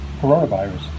coronavirus